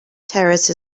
terrace